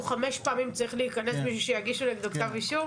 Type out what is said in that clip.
הוא חמש פעמים צריך להיכנס בשביל שיגישו נגדו כתב אישום?